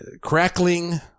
crackling